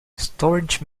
storage